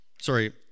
sorry